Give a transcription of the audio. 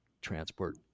transport